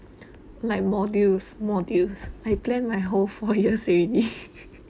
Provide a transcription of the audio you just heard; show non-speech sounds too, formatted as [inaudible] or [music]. [breath] like modules modules I planned my whole four years already [laughs]